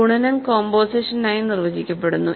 ഗുണനം കോമ്പോസിഷനായി നിർവചിക്കപ്പെടുന്നു